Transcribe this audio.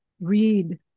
read